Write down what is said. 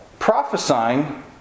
Prophesying